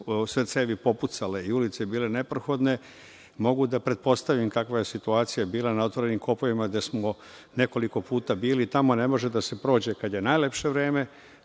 sve cevi popucale i ulice bile neprohodne, mogu da pretpostavim kakva je situacija bila na otvorenim kopovima gde smo nekoliko puta bili. Tamo ne može da se prođe kad je najlepše vreme,